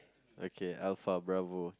okay alpha bravo